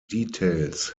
details